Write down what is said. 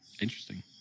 Interesting